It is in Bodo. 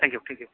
thank you thank you